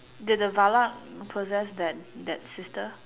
did the Valak possess that that sister